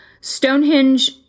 Stonehenge